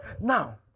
Now